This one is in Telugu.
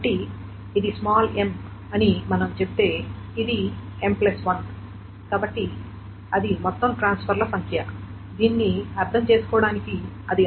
కాబట్టి ఇది స్మాల్ m అని మనం చెబితే ఇది m1 కాబట్టి అది మొత్తం ట్రాన్స్ఫర్ల సంఖ్య దీన్ని అర్థం చేసుకోవడానికి అది అవసరం